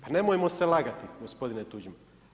Pa nemojmo se lagati gospodine Tuđman.